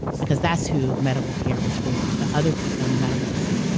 because that's who medical care was for. the other people in the medical room.